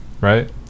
right